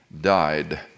died